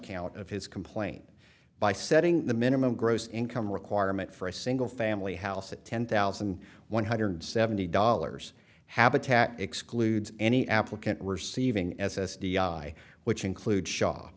account of his complaint by setting the minimum gross income requirement for a single family house at ten thousand one hundred seventy dollars habitat excludes any applicant receiving as s d i which includes shaw